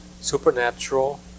supernatural